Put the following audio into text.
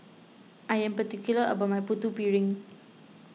I am particular about my Putu Piring